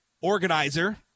organizer